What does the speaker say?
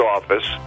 Office